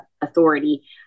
authority